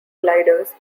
gliders